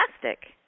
fantastic